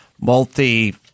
multi